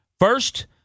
First